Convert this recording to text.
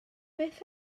beth